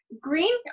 Green